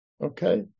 Okay